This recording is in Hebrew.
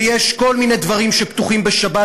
ויש כל מיני דברים שפתוחים בשבת,